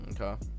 Okay